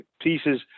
pieces